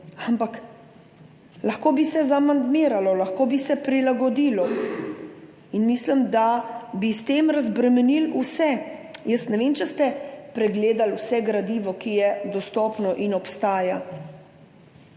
Ampak lahko bi se zamandmiralo, lahko bi se prilagodilo in mislim, da bi s tem razbremenili vse. Ne vem, ali ste pregledali vse gradivo, ki je dostopno in obstaja,